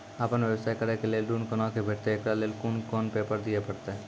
आपन व्यवसाय करै के लेल ऋण कुना के भेंटते एकरा लेल कौन कौन पेपर दिए परतै?